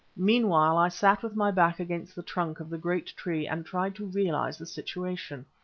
meanwhile i sat with my back against the trunk of the great tree and tried to realize the situation.